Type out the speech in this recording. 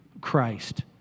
Christ